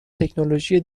تکنولوژی